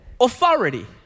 authority